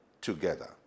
together